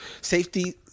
Safety